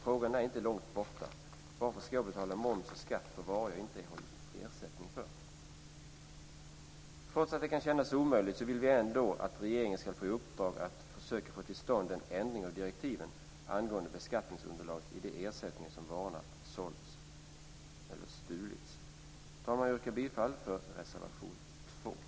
Frågan är inte långt borta: Trots att det kan kännas omöjligt vill vi ändå att regeringen ska få i uppdrag att försöka få till stånd en ändring av direktivet angående beskattningsunderlaget i de fall då ersättning för sålda varor stulits. Fru talman! Jag yrkar bifall till reservation 2.